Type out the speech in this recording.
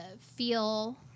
feel